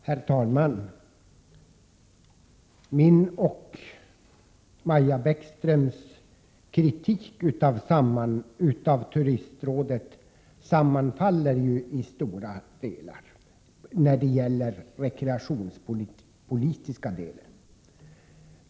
Herr talman! Min och Maja Bäckströms kritik av Turistrådet sammanfaller i mångt och mycket när det gäller den rekreationspolitiska delen.